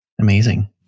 Amazing